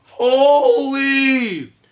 Holy